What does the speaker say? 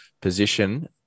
position